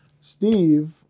Steve